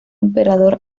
emperador